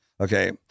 Okay